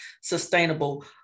sustainable